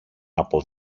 από